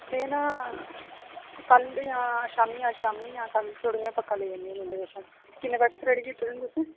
एह् ना कल जां शामी अज्ज शामी जां कल धोड़ी मैं पक्का लेई आह्नी तु'दे कोला किन्नै पैकेट रेडी कीते दे तुसें